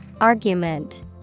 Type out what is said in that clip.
Argument